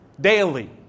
daily